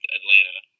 Atlanta